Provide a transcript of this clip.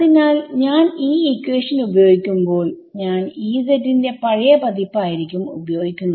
അതിനാൽ ഞാൻ ഈ ഇക്വേഷൻ ഉപയോഗിക്കുമ്പോൾ ഞാൻ Ez ന്റെ പഴയ പതിപ്പ് ആയിരിക്കും ഉപയോഗിക്കുന്നത്